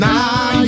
Now